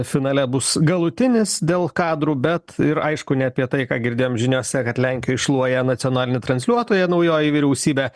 finale bus galutinis dėl kadrų bet ir aišku ne apie tai ką girdėjom žiniose kad lenkijoj šluoja nacionalinį transliuotoją naujoji vyriausybė